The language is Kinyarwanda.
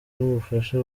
n’ubufasha